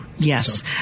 Yes